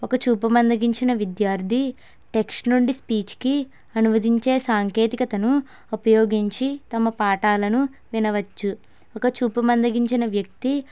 ఒక చూపు మందగించిన విద్యార్థి టెక్స్ట్ నుండి స్పీచ్ కి అనువదించే సాంకేతికతను ఉపయోగించి తమ పాఠాలను వినవచ్చు ఒక చూపు మందగించిన వ్యక్తి